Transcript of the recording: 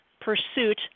pursuit